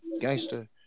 Gangster